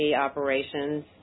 operations